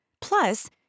Plus